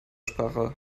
sprache